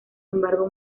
embargo